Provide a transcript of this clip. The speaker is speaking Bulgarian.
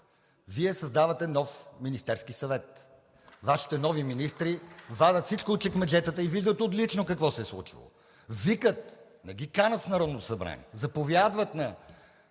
Вие създавате нов Министерски съвет. Вашите нови министри вадят всичко от чекмеджетата и виждат отлично какво се е случвало. Викат, не ги канят в Народното събрание, заповядват на